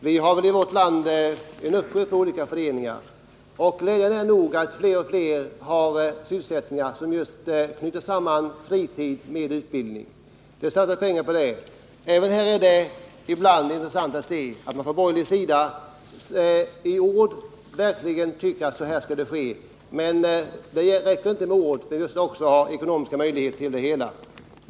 Vi har i vårt land en uppsjö av olika föreningar, och glädjande nog erbjuder fler och fler av dem sysselsättningar som just knyter samman fritid med utbildning. Det satsas pengar på det. Det är intressant att se att man från borgerlig sida även där säger att något behöver göras. Men det räcker inte med ord, vi måste också ge ekonomiska möjligheter.